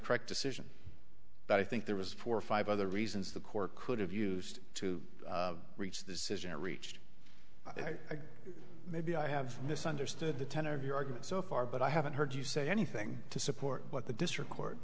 correct decision but i think there was four or five other reasons the court could have used to reach this isn't reached i guess maybe i have misunderstood the tenor of your argument so far but i haven't heard you say anything to support what the district court